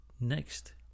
next